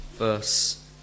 Verse